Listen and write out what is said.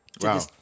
Wow